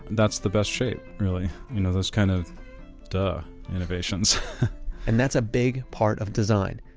that's the best shape, really. you know, those kind of duh innovations and that's a big part of design.